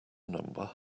number